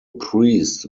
priest